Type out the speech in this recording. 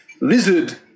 Lizard